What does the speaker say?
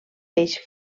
peix